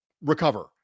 recover